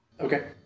Okay